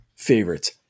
Favorites